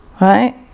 right